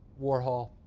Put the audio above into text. warhol.